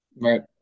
Right